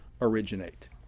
originate